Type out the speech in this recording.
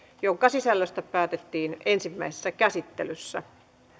jonka sisällöstä päätettiin ensimmäisessä käsittelyssä